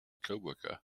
coworker